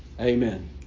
Amen